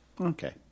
Okay